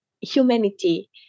humanity